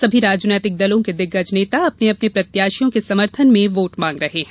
सभी राजनैतिक दलों के दिग्गज नेता अपने अपने प्रत्याशियों के समर्थन में वोट मांग रहे हैं